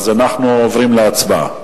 אנחנו עוברים להצבעה.